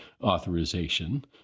authorization